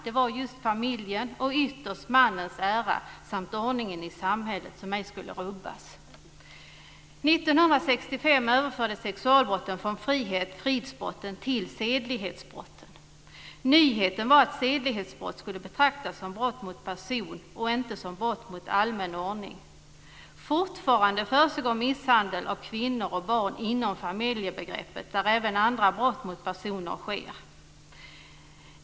Det gällde familjens och ytterst mannens ära samt ordningen i samhället, som ej skulle rubbas. År 1965 överfördes sexualbrotten från fridsbrotten till sedlighetsbrotten. Nyheten var att sedlighetsbrott skulle betraktas som brott mot person, inte som brott mot allmän ordning. Fortfarande försiggår misshandel av kvinnor och barn inom familjebegreppet, där även andra brott mot personer sker.